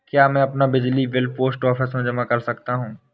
क्या मैं अपना बिजली बिल पोस्ट ऑफिस में जमा कर सकता हूँ?